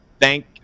thank